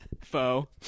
foe